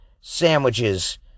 sandwiches